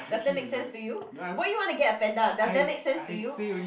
does that make sense to you why you want to get a panda does that make sense to you